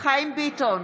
חיים ביטון,